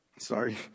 sorry